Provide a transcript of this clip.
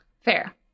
Fair